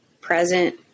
present